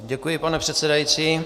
Děkuji, pane předsedající.